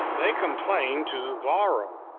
they complained to varro,